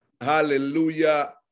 Hallelujah